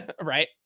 Right